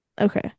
Okay